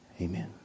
amen